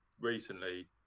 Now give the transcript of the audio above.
recently